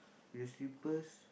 with slippers